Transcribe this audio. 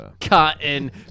cotton